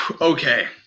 Okay